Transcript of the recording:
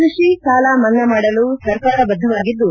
ಕೃಷಿ ಸಾಲ ಮನ್ನಾ ಮಾಡಲು ಸರ್ಕಾರ ಬದ್ಧವಾಗಿದ್ದು